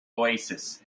oasis